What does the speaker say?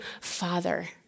father